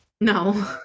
No